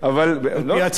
לפי הצעת הממשלה.